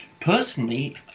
personally